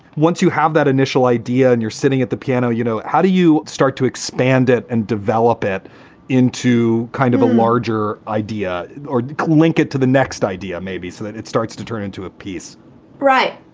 once you have that initial idea and you're sitting at the piano, you know, how do you start to expand it and develop it into kind of a larger idea or link it to the next idea? maybe so that it starts to turn into a piece right.